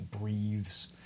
breathes